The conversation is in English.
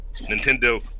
nintendo